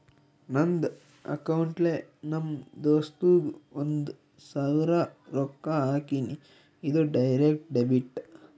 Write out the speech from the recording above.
ನಂದ್ ಅಕೌಂಟ್ಲೆ ನಮ್ ದೋಸ್ತುಗ್ ಒಂದ್ ಸಾವಿರ ರೊಕ್ಕಾ ಹಾಕಿನಿ, ಇದು ಡೈರೆಕ್ಟ್ ಡೆಬಿಟ್